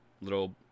little